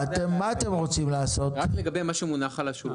אני יודע להתייחס רק לגבי מה שמונח על השולחן.